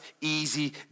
easy